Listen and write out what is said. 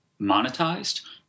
monetized